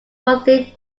monthly